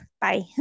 Bye